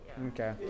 Okay